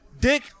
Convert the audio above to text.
dick